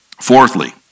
Fourthly